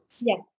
Yes